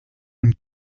und